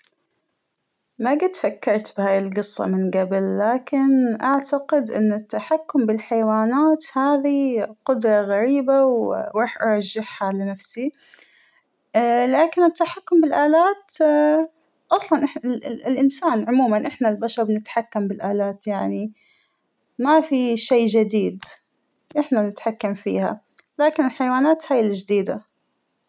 ما جت فكرت بهاى القصة من قبل ، لكن أعتقد إن التحكم بالحيوانات هذى قدرة غريبة وا و راح أرشحها لنفسى ، اا لكن التحكم بالألات أصلا أحنا ال الانسان عموماً نحن البشر بنتحكم بالألات يعنى ، ما فى شى جديد أحنا نتحكم فيها ، لكن الحيوانات هاى اللى جديدة.